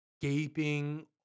gaping